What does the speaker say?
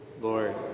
Lord